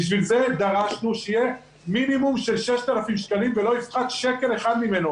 בשביל זה דרשנו שיהיה מינימום של 6,000 שקלים ולא יפחת שקל אחד ממנו.